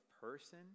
person